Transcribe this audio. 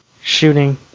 shooting